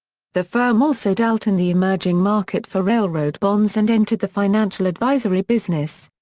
the firm also dealt in the emerging market for railroad bonds and entered the financial-advisory business.